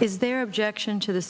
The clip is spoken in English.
is there objection to the